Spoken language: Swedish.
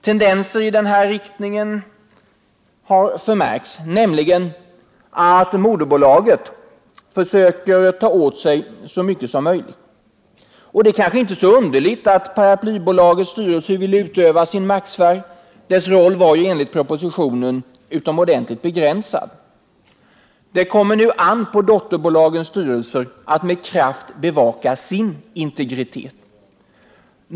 Tendenser har förmärkts att moderbolaget försöker ta åt sig så mycket som möjligt. Det är kanske inte så underligt att paraplybolagets styrelse vill utöka sin maktsfär — dess roll var ju enligt propositionen utomordentligt begränsad. Det kommer nu an på dotterbolagens styrelser att med kraft bevaka sin integritet.